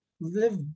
live